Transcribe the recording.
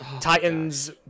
Titans